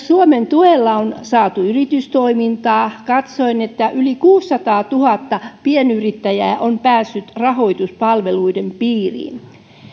suomen tuella on myös saatu yritystoimintaa katsoin että yli kuusisataatuhatta pienyrittäjää on päässyt rahoituspalveluiden piiriin